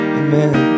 amen